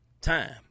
time